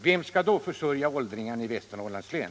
Vem skall då försörja åldringarna i Västernorrlands län?